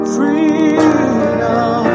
Freedom